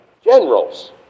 generals